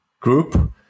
group